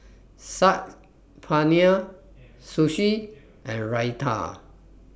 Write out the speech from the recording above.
Saag Paneer Sushi and Raita